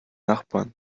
nachbarn